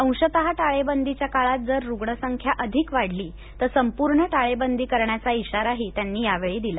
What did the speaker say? अंशतः टाळेबंदीच्या काळात जर रुग्णसंख्या अधिक वाढली तर संपूर्ण टाळेबंदी करण्याचा इशाराही त्यांनी यावेळी दिला